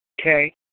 Okay